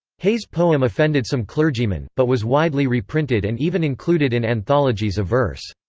hay's poem offended some clergymen, but was widely reprinted and even included in anthologies of verse.